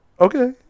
okay